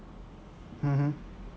mm